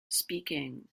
speaking